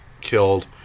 killed